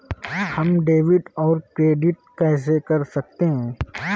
हम डेबिटऔर क्रेडिट कैसे कर सकते हैं?